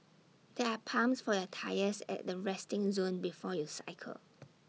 there are pumps for your tyres at the resting zone before you cycle